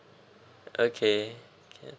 okay okay